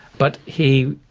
but he,